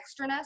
extraness